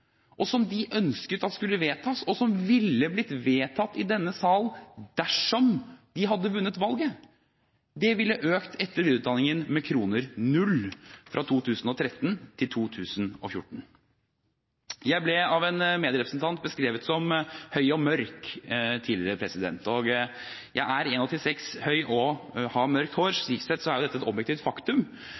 frem, som de ønsket at skulle vedtas, og som ville blitt vedtatt i denne sal dersom de hadde vunnet valget, ville økt etter- og videreutdanningen med kroner null fra 2013 til 2014. Jeg ble av en medrepresentant tidligere beskrevet som høy og mørk. Jeg er 1,86 høy og har mørkt hår, og slik sett er dette et objektivt faktum,